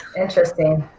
interesting.